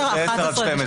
10, 11 ו-12.